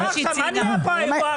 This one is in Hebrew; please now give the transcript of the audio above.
מה נהיה פה?